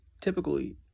typically